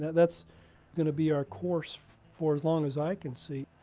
that's gonna be our course for as long as i can see.